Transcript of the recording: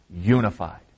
unified